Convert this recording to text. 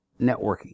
networking